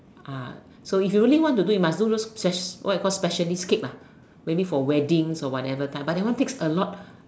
so if you really want to do you must do those spec~ what you call specialist cakes ah maybe for weddings or whatever but that one takes a lot